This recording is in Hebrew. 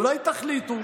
אולי תחליטו?